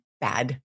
bad